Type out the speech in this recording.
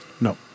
No